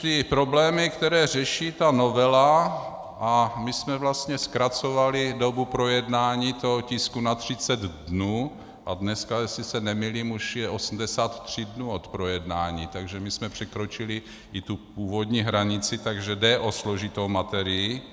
Ty problémy, které řeší ta novela a my jsme vlastně zkracovali dobu projednání tisku na 30 dnů, a dneska, jestli se nemýlím, už je 83 dnů od projednání, takže jsme překročili i tu původní hranici, takže jde o složitou materii.